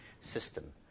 system